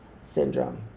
syndrome